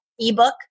ebook